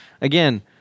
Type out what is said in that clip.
again